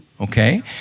okay